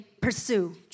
Pursue